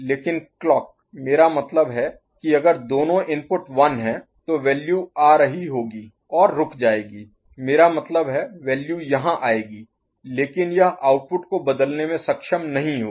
लेकिन क्लॉक मेरा मतलब है कि अगर दोनों इनपुट 1 हैं तो वैल्यू आ रही होगा और रुक जाएगी मेरा मतलब है वैल्यू यहां आएगी लेकिन यह आउटपुट को बदलने में सक्षम नहीं होगी